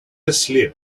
asleep